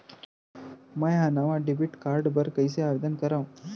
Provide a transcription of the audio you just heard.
मै हा नवा डेबिट कार्ड बर कईसे आवेदन करव?